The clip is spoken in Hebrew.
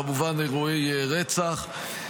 כמובן אירועי רצח.